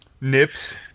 Nips